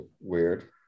weird